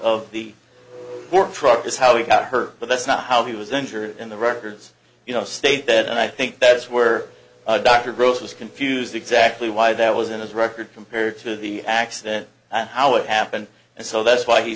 truck is how he got hurt but that's not how he was injured in the records you know stayed dead and i think that's where dr gross was confused exactly why that was in his record compared to the accident and how it happened and so that's why he